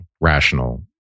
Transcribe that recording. rational